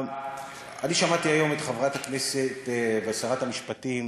אני שמעתי היום את חברת הכנסת ושרת המשפטים